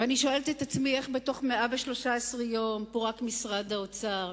ואני שואלת את עצמי איך בתוך 113 יום פורק משרד האוצר,